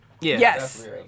yes